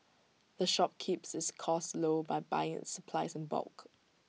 the shop keeps its costs low by buying its supplies in bulk